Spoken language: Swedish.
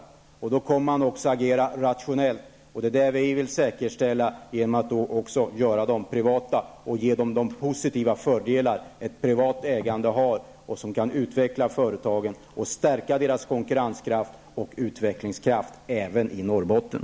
På så sätt kommer de också att agera rationellt, och det är vad vi vill säkerställa genom att göra dessa företag privata, genom att ge dem de fördelar som ett privat ägande har och som kan utveckla företagen och stärka konkurrenskraft och utvecklingskraft hos företag även i Norrbotten.